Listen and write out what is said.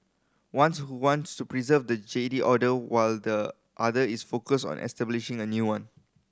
once who wants to preserve the Jedi Order while the other is focused on establishing a new one